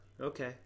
Okay